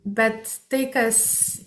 bet tai kas